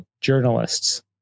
journalists